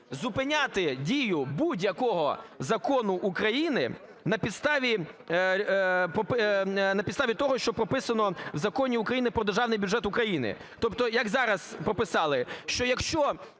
зупиняти дію будь-якого закону України на підставі того, що прописано в Законі України про Державний бюджет України. Тобто, як зараз прописали, що якщо